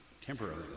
temporarily